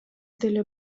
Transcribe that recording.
деле